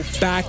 Back